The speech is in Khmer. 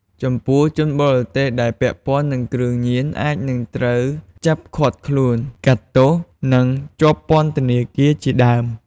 ចំពោះ ជនបរទេសដែលពាក់ព័ន្ធនឹងគ្រឿងញៀនអាចនិងត្រូវចាប់ឃាត់ខ្លួន កាត់ទោស ឬ ជាប់ពន្ធធនាគារជាដើម។